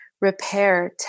repair